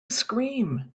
scream